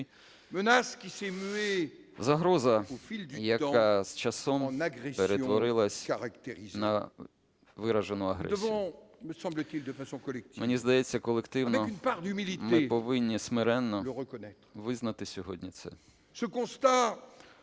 Загроза, яка з часом перетворилася на виражену агресію. Мені здається, колективно ми повинні смиренно визнати сьогодні це.